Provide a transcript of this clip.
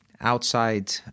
outside